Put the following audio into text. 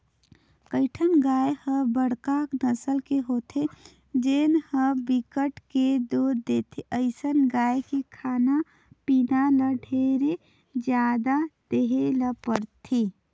कइठन गाय ह बड़का नसल के होथे जेन ह बिकट के दूद देथे, अइसन गाय के खाना पीना ल ढेरे जादा देहे ले परथे